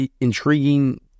intriguing